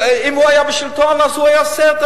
אם הוא היה בשלטון, אז הוא היה עושה את